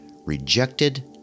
rejected